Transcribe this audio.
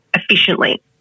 efficiently